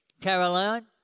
Caroline